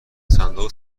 صندوق